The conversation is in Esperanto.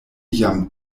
jam